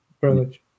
privilege